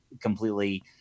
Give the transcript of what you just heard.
completely